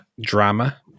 drama